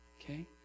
Okay